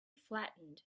flattened